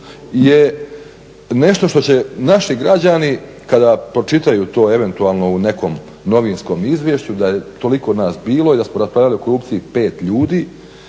je nešto što će naši građani kada pročitaju to eventualno u nekom novinskom izvješću da je toliko nas bilo i da smo raspravljali o korupciji 5 ljudi